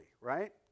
right